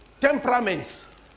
Temperaments